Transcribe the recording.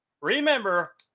remember